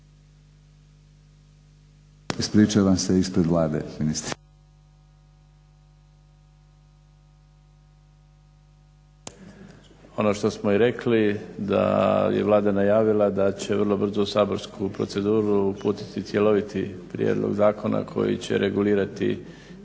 Ispričavam se ispred Vlade ministre. **Mrsić, Mirando (SDP)** Ono što smo i rekli da je Vlada najavila da će vrlo brzo u saborsku proceduru uputiti cjeloviti prijedlog zakona koji će regulirati